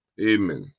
amen